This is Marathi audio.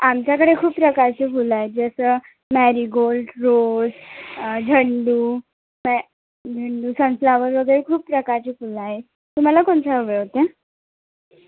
आमच्याकडे खूप प्रकारचे फुलं आहेत जसं मॅरीगोल्ड रोज झेंडू पॅ झेंडू सनफ्लॉवर वगैरे खूप प्रकारचे फुलं आहेत तुम्हाला कोणते हवे होते